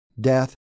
death